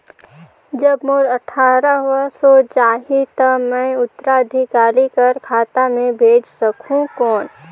जब मोर अट्ठारह वर्ष हो जाहि ता मैं उत्तराधिकारी कर खाता मे भेज सकहुं कौन?